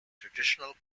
traditional